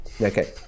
Okay